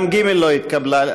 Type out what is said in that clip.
גם ג' לא התקבלה.